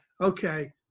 Okay